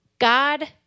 God